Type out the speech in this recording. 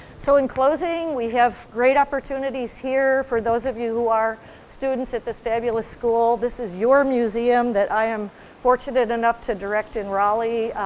so, in closing, we have great opportunities here for those of you who are students at this fabulous school. this is your museum that i am fortunate enough to direct, in raleigh.